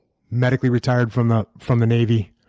medically retired from the from the navy,